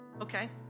Okay